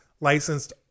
licensed